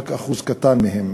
רק אחוז קטן מהם